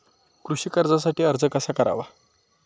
कृषी कर्जासाठी अर्ज कसा करावा?